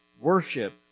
worship